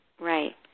Right